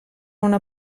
una